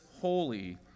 holy